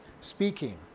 speaking